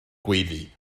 gweiddi